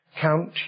count